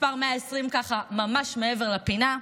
מספר 120 ככה ממש מעבר לפינה.